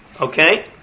Okay